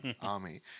army